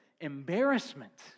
embarrassment